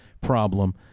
problem